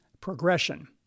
progression